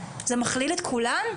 זה מכליל את כולם?